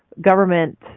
government